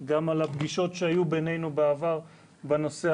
וגם על הפגישות שהיו בינינו בעבר על הנושא.